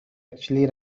actually